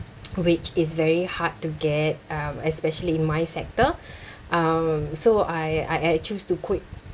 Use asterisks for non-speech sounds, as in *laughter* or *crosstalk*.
*noise* which is very hard to get um especially my sector um so I I I choose to quit